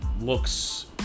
looks